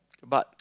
but